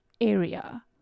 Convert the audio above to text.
area